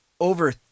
over